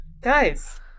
guys